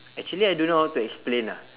actually I don't know how to explain ah